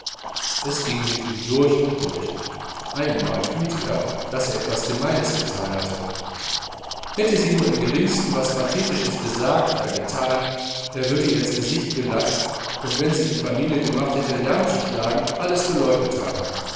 es ging ihm durch und durch mit einemmale fühlte er daß er etwas gemeines gethan hatte hätte sie nur im geringsten was pathetisches gesagt oder gethan er würde ihr ins gesicht gelacht und wenn sie etwa miene gemacht hätte lärm zu schlagen alles geleugnet haben